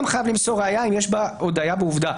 חייב למסור ראיה אם יש בה הודיה בעובדה.